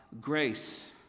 grace